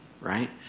right